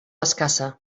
escassa